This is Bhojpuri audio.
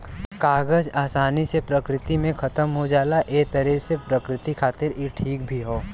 कागज आसानी से प्रकृति में खतम हो जाला एक तरे से प्रकृति खातिर इ ठीक भी हौ